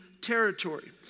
territory